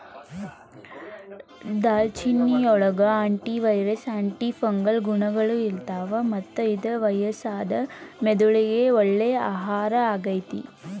ದಾಲ್ಚಿನ್ನಿಯೊಳಗ antiviral, antifungal ಗುಣಗಳು ಇರ್ತಾವ, ಮತ್ತ ಇದು ವಯಸ್ಸಾದ ಮೆದುಳಿಗೆ ಒಳ್ಳೆ ಆಹಾರ ಆಗೇತಿ